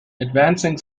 advancing